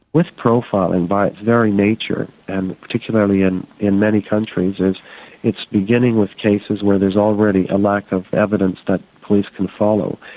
with profiling by its very nature and particularly and in many countries is it's beginning with cases where there's already a lack of evidence that police can follow.